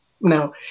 No